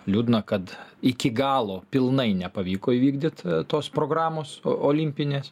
liūdna kad iki galo pilnai nepavyko įvykdyt tos programos olimpinės